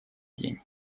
день